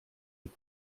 ich